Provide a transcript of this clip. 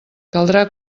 caldrà